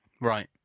Right